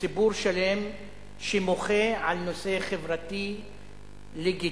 לציבור שלם שמוחה על נושא חברתי לגיטימי,